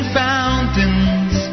fountains